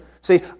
See